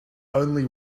only